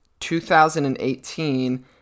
2018